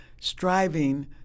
striving